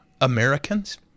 Americans